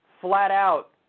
flat-out